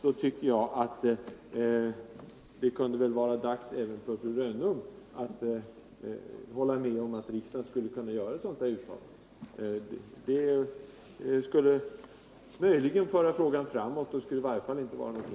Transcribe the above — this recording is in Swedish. Då tycker jag att det kunde vara dags även för fru Rönnung att hålla med om, att riksdagen skulle kunna göra ett sådant här uttalande. Det skulle möjligen föra frågan framåt.